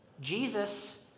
Jesus